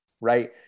right